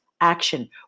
action